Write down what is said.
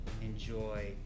enjoy